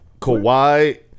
Kawhi